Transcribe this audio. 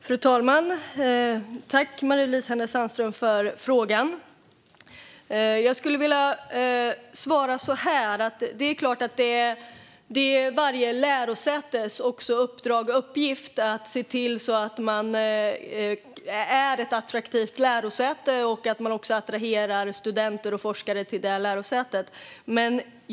Fru talman! Tack, Marie-Louise Hänel Sandström, för frågan! Jag skulle vilja svara att det är varje lärosätes uppdrag och uppgift att se till att man är ett attraktivt lärosäte som kan attrahera studenter och forskare.